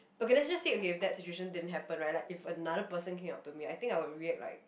okay let's just say okay that situation didn't happen right like if another person came up to me I think I will react like